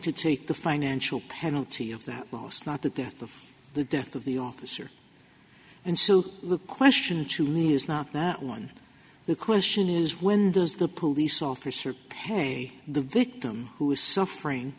to take the financial penalty of that loss not the death of the death of the officer and so the question to me is not that one the question is when does the police officer pay the victim who is suffering